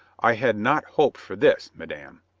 i had not hoped for this, madame.